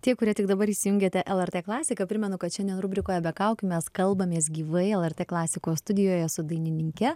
tie kurie tik dabar įsijungiate lrt klasiką primenu kad šiandien rubrikoje be kaukių mes kalbamės gyvai lrt klasikos studijoje su dainininke